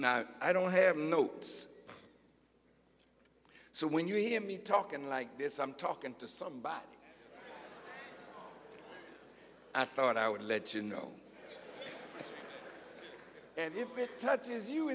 wrong i don't have notes so when you hear me talking like this i'm talking to somebody i thought i would let you know and if